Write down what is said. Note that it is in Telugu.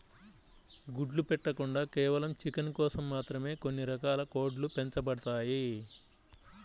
గుడ్లు పెట్టకుండా కేవలం చికెన్ కోసం మాత్రమే కొన్ని రకాల కోడ్లు పెంచబడతాయి